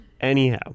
Anyhow